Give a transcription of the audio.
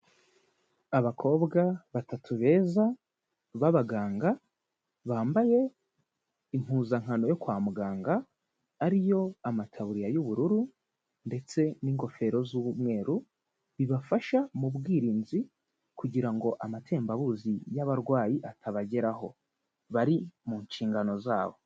Abakobwa batatu beza b'abaganga, bambaye impuzankano yo kwa muganga ari yo amataburiya y'ubururu ndetse n'ingofero z'umweru, bibafasha mu bwirinzi kugira ngo amatembabuzi y'abarwayi atabageraho. Bari mu nshingano zabo.